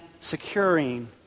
securing